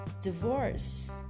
divorce